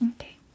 Okay